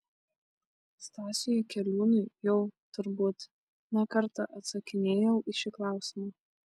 stasiui jakeliūnui jau turbūt ne kartą atsakinėjau į šį klausimą